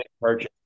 purchase